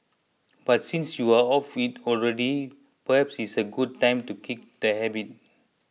but since you are off it already perhaps it's a good time to kick the habit